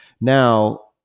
now